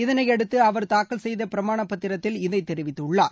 இதனை அடுத்து அவர் தாாக்கல் செய்த பிரமாண பத்திரத்தில் இதை தெரிவித்துள்ளார்